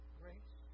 grace